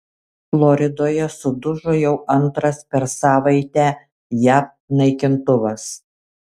floridoje sudužo jau antras per savaitę jav naikintuvas